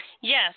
Yes